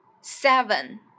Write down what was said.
Seven